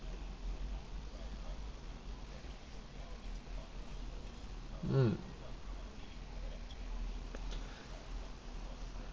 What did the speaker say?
mm